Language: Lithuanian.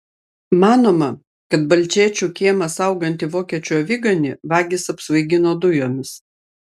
manoma kad balčėčių kiemą saugantį vokiečių aviganį vagys apsvaigino dujomis